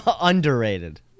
Underrated